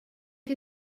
que